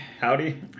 Howdy